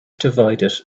divided